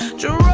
jerome,